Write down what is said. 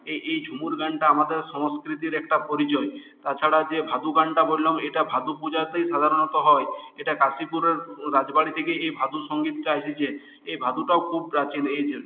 এই ঝুমুর গানটা আমাদের সংস্কৃতির একটা পরিচয় তাছাড়া যে ভাদু গানটা বললাম এটা ভাদু পূজাতেই সাধারণত হয় এটা কাশীপুরের রাজবাড়ি থেকেই এই ভাদু সঙ্গীতটা এসেছে এই ভাদুটাও খুব প্রাচীন এই জন্য